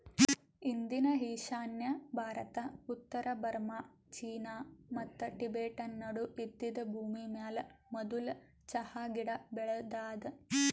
ಇಂದಿನ ಈಶಾನ್ಯ ಭಾರತ, ಉತ್ತರ ಬರ್ಮಾ, ಚೀನಾ ಮತ್ತ ಟಿಬೆಟನ್ ನಡು ಇದ್ದಿದ್ ಭೂಮಿಮ್ಯಾಲ ಮದುಲ್ ಚಹಾ ಗಿಡ ಬೆಳದಾದ